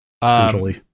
Potentially